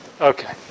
Okay